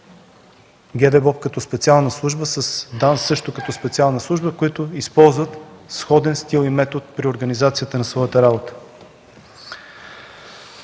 ГДБОП като специална служба с ДАНС, също като специална служба, които използват сходен стил и метод при организацията на своята работа.